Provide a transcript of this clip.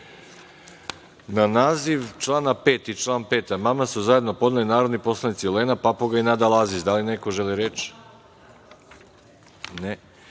naziv člana 5. i član 5. amandman su zajedno podneli narodni poslanici Olena Papuga i Nada Lazić. Da li neko želi reč? Na